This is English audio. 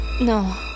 No